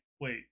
wait